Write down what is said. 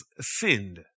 sinned